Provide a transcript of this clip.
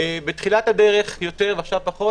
בתחילת הדרך יותר ועכשיו פחות